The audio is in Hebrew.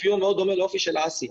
אופיו מאוד דומה לאופי של האסי,